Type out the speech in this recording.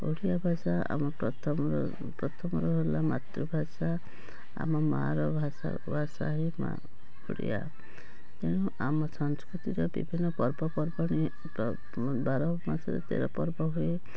ଓଡ଼ିଆ ଭାଷା ଆମ ପ୍ରଥମ ପ୍ରଥମର ହେଲା ମାତୃଭାଷା ଆମ ମାଆର ଭାଷା ଭାଷା ହିଁ ମାଆ ଓଡ଼ିଆ ତେଣୁ ଆମ ସାଂସ୍କୃତିରେ ବିଭିନ୍ନ ପର୍ବପର୍ବାଣି ବାରମାସରେ ତେର ପର୍ବ ହୁଏ